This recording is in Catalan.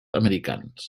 americans